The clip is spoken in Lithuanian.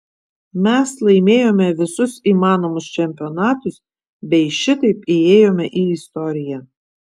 mes laimėjome visus įmanomus čempionatus bei šitaip įėjome į istoriją